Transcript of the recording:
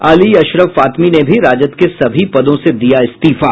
अली अशरफ फातमी ने भी राजद के सभी पदों से दिया इस्तीफा